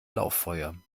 lauffeuer